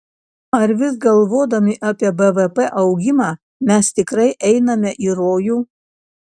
ar vis galvodami apie bvp augimą mes tikrai einame į rojų